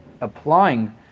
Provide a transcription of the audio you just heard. applying